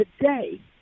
today